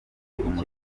umutungo